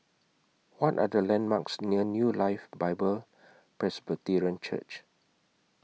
What Are The landmarks near New Life Bible Presbyterian Church